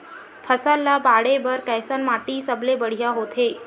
फसल ला बाढ़े बर कैसन माटी सबले बढ़िया होथे?